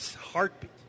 heartbeat